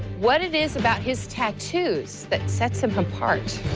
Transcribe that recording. what it is about his cat toos that sets him apart.